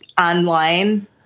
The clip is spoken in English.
online